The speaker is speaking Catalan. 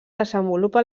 desenvolupa